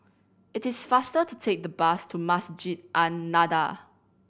it is faster to take the bus to Masjid An Nahdhah